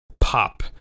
pop